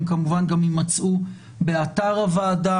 הם כמובן גם יימצאו באתר הוועדה,